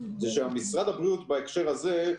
זה שמשרד הבריאות בהקשר הזה,